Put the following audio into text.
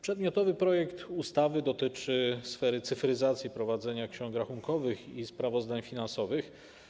Przedmiotowy projekt ustawy dotyczy sfery cyfryzacji w zakresie prowadzenia ksiąg rachunkowych i sprawozdań finansowych.